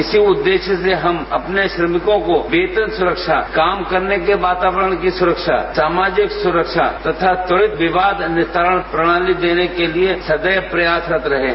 इसी उद्देश्य से हम अपने श्रमिकों को बेहतर सुरक्षा काम करने के वातावरण की सुरक्षा सामाजिक सुरक्षा तथा त्वमरित विवाद निवारण प्रणाली देने के लिए सदैव प्रयासरत रहे है